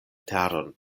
teron